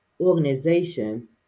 organization